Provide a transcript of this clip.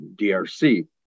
DRC